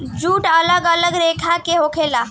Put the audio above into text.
jute अलग अलग लेखा के होला